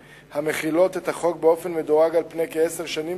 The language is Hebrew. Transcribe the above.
המחילות את החוק באופן מדורג על פני כעשר שנים,